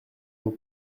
nous